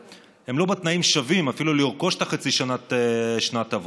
בתנאים שווים אפילו לרכוש את חצי שנת העבודה.